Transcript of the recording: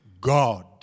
God